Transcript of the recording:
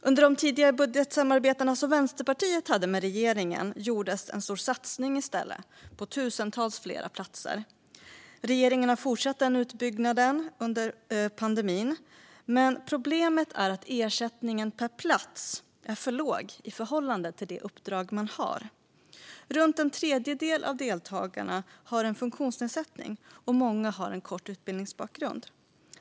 Under de tidigare budgetsamarbeten som Vänsterpartiet hade med regeringen gjordes i stället en stor satsning på tusentals fler platser. Regeringen har fortsatt den utbyggnaden under pandemin, men problemet är att ersättningen per plats är för låg i förhållande till det uppdrag man har. Runt en tredjedel av deltagarna har en funktionsnedsättning, och många har kort utbildningsbakgrund.